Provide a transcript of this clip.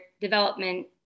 development